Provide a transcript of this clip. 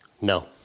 No